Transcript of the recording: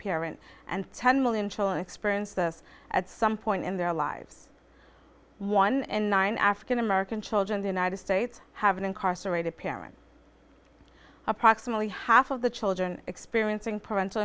parent and ten million children experience this at some point in their lives one and nine african american children the united states have an incarcerated parents approximately half of the children experiencing parental